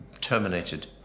terminated